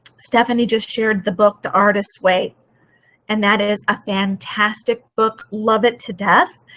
stephanie just shared the book the artist's way and that is a fantastic book, love it to death.